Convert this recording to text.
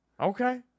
Okay